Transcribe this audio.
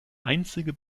einzige